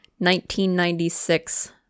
1996